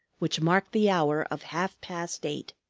which marked the hour of half-past eight.